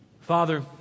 Father